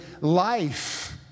life